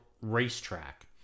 racetrack